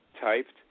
typed